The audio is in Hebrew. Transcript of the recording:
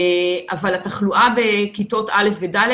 אבל התחלואה בכיתות א' עד ד',